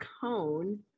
cone